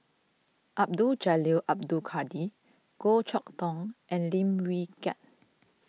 Abdul Jalil Abdul Kadir Goh Chok Tong and Lim Wee Kiak